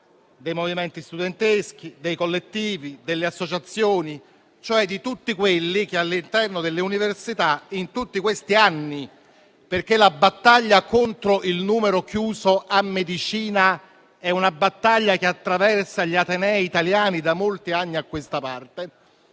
dei movimenti studenteschi, dei collettivi, delle associazioni, cioè di tutti quelli che all'interno delle università in tutti questi anni - perché la battaglia contro il numero chiuso a medicina attraversa gli atenei italiani da molti anni a questa parte